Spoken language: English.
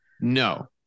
No